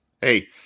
hey